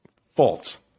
False